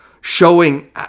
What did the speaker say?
showing